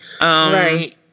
Right